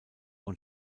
und